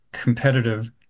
competitive